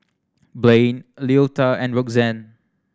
Blain Leota and Roxanne